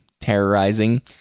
terrorizing